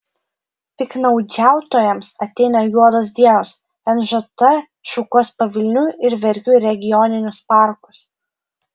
piktnaudžiautojams ateina juodos dienos nžt šukuos pavilnių ir verkių regioninius parkus